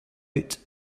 out